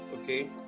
Okay